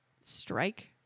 Strike